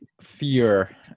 fear